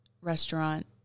restaurant